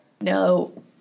No